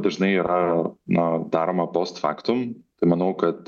dažnai yra na daroma post factum tai manau kad